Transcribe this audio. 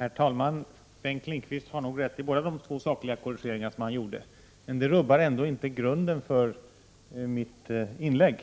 Herr talman! Bengt Lindqvist har nog rätt i båda de två sakliga korrigeringar som han gjorde, men det rubbar ändå inte grunden för mitt inlägg.